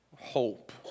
Hope